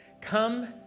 Come